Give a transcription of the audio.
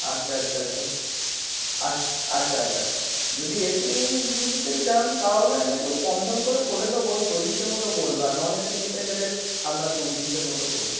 আচ্ছা আচ্ছা আচ্ছা আচ্ছা আচ্ছা আচ্ছা আচ্ছা যদি এসি নি নিই যেতে চান তাহলে আমি একটু কম ঝম করে করে দোবো ওই চল্লিশের মতো পড়বে আর নন এসি নিতে গেলে আপনার পঁইতিরিশের মতো পড়বে